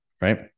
Right